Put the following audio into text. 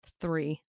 three